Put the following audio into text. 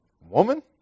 Woman